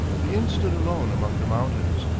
the inn stood alone among the mountains,